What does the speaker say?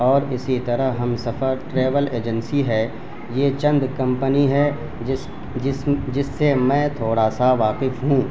اور اسی طرح ہم سفر ٹریول ایجنسی ہے یہ چند کمپنی ہے جس جسم جس سے میں تھوڑا سا واقف ہوں